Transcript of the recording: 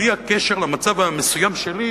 בלי הקשר למצב המסוים שלי,